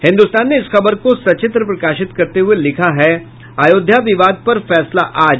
हिन्दुस्तान ने इस खबर को सचित्र प्रकाशित करते हुये लिखा है अयोध्या विवाद पर फैसला आज